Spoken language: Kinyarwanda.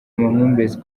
amahumbezi